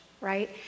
right